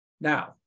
Now